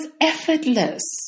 effortless